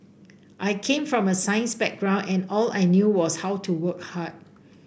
I came from a science background and all I knew was how to work hard